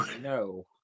No